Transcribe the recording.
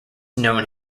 known